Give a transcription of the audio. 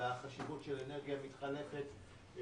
בחשיבות של אנרגיה מתחלפת.